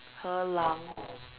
和狼